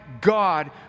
God